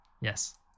Yes